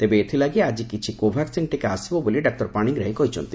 ତେବେ ଏଥିଲାଗି ଆକି କିଛି କୋଭାକ୍କିନ୍ ଟିକା ଆସିବ ବୋଲି ଡାକ୍ତର ପାଣିଗ୍ରାହୀ କହିଛନ୍ତି